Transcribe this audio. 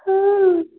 हाँ